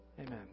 Amen